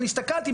אני הסתכלתי,